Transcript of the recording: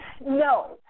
No